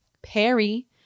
Perry